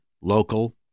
local